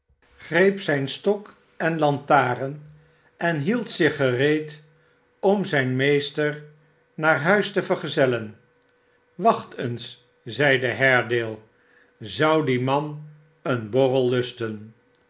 greep zijn stok en lantaren en hield zich gereed om zijn meester naar huis te vergezellen wacht eens zeide haredale szou die man een borrel lusten